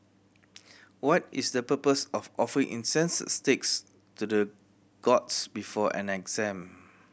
what is the purpose of offering incense sticks to the gods before an exam